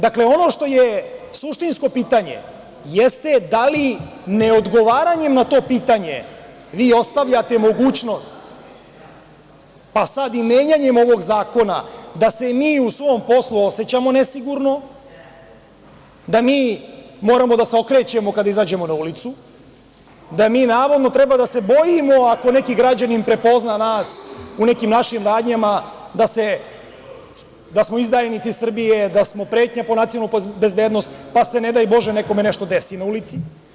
Dakle, ono što je suštinsko pitanje, jeste da li ne odgovaranjem na to pitanje vi ostavljate mogućnost, sad i menjanjem ovog zakona, da se mi u svom poslu osećamo nesigurno, da mi moramo da se okrećemo kada izađemo na ulicu, da mi navodno treba da se bojimo ako neki građanin prepozna nas u nekim našim radnjama, da smo izdajnici Srbije, da smo pretnja po nacionalnu bezbednost, pa se ne daj Bože nekome nešto desi na ulici?